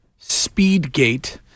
SpeedGate